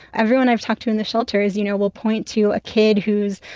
everyone i've talked to in the shelters, you know, will point to a kid who's,